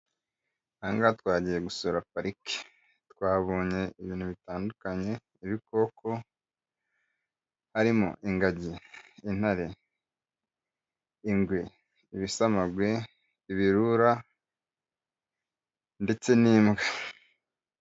Aha ngaha twagiye gusura pariki, twabonye ibintu bitandukanye, ibikoko harimo: ingagi, intare, ingwe, ibisamagwe, ibirura ndetse n'imbwa.